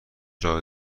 راه